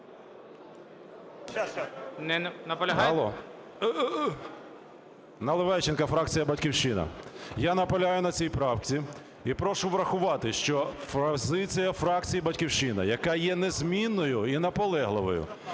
Наливайченко, фракція "Батьківщина". Я наполягаю на цій правці. І прошу врахувати, що позиція фракції "Батьківщина", яка є незмінною і наполегливою.